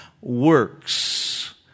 works